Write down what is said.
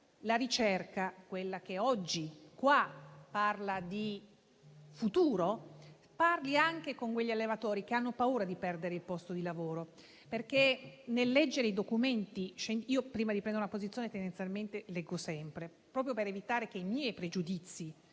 la ricerca che oggi parla di futuro parli anche con quegli allevatori che hanno paura di perdere il posto di lavoro. Prima di prendere una posizione, tendenzialmente leggo sempre, proprio per evitare che i miei pregiudizi